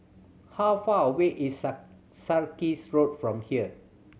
how far away is Sarkies Road from here